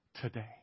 today